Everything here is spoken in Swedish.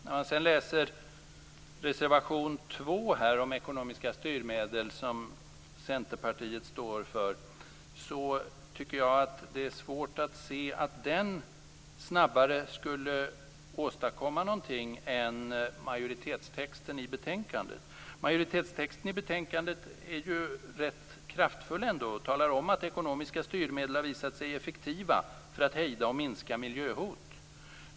När man däremot läser reservation 2 om ekonomiska styrmedel som Centerpartiet står för tycker jag att det är svårt att se att det förslaget snabbare skulle åstadkomma någonting än majoritetstexten i betänkandet. Majoritetstexten i betänkandet är ändå rätt kraftfull. Den talar om att ekonomiska styrmedel har visat sig effektiva för att hejda och minska miljöhot.